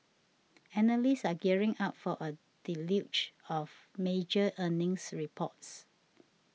analysts are gearing up for a deluge of major earnings reports